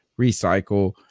recycle